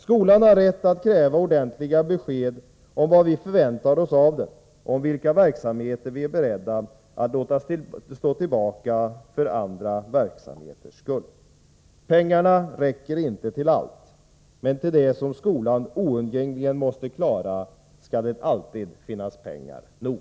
Skolan har rätt att kräva ordentliga besked om vad vi förväntar oss av den och om vilka verksamheter vi är beredda att låta stå tillbaka för andra verksamheters skull. Pengarna räcker inte till allt, men till det som skolan oundgängligen måste klara skall det alltid finnas pengar nog.